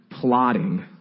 plotting